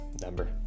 number